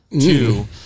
two